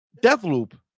Deathloop